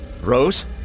Rose